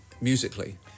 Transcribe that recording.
Musically